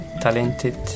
talented